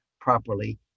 properly